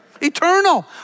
Eternal